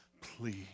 please